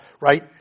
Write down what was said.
right